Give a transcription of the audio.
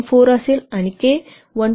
4 असेल आणि 'K' बरोबर 1